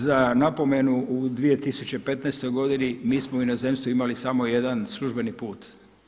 Za napomenu u 2015. godini mi smo u inozemstvu imali samo jedan službeni put.